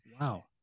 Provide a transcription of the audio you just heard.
Wow